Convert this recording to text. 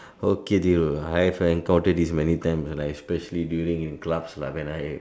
okay Thiru I have encountered this many times like especially during in class lah when I